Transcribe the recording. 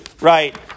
right